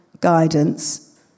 guidance